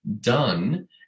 done